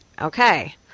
Okay